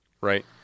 right